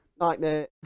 Nightmare